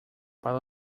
para